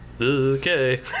Okay